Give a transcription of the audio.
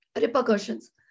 repercussions